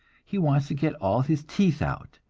he wants to get all his teeth out,